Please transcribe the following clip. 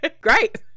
great